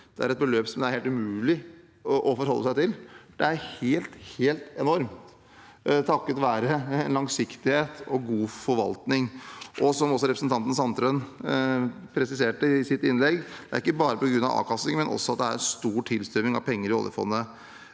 Det er et beløp som det er helt umulig å forholde seg til. Det er helt, helt enormt – takket være langsiktighet og god forvaltning. Som representanten Per Martin Sandtrøen presiserte i sitt innlegg, er det ikke bare på grunn av avkastning, men også fordi det hver dag er en stor tilstrømming av penger til oljefondet